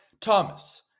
Thomas